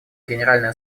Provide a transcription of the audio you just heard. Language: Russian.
генеральной